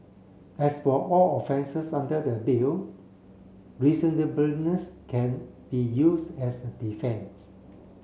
as for all offences under the Bill reasonableness can be used as a defence